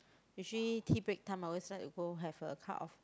usually tea break time I always like to go have a cup of